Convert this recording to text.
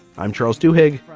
i'm charles du hig.